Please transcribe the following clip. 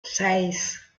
seis